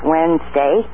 Wednesday